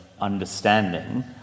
understanding